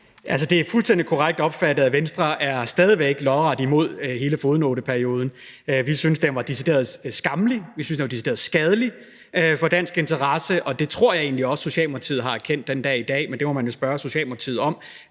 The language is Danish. (V): Det er fuldstændig korrekt opfattet, at Venstre stadig væk er lodret imod hele fodnoteperioden. Vi synes, den var decideret skammelig, og vi synes, den var decideret skadelig for danske interesser. Det tror jeg egentlig også Socialdemokratiet har erkendt i dag, men det må man jo spørge Socialdemokratiet om.